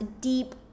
deep